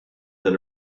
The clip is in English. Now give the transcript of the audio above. that